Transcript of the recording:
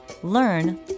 learn